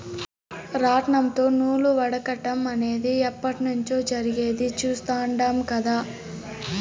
రాట్నంతో నూలు వడకటం అనేది ఎప్పట్నుంచో జరిగేది చుస్తాండం కదా